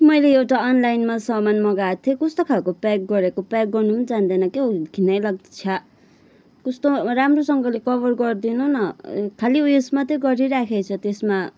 मैले एउटा अनलाइनमा सामान मगाएको थिएँ कस्तो खालको प्याक गरेको प्याक गर्नु पनि जान्दैन क्या हो घिनैलाग्दो छ्या कस्तो राम्रोसँगले कभर गरिदिनु न खालि उयस मात्रै गरिराखेछ त्यसमा